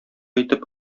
итеп